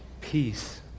peace